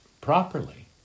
properly